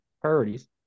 priorities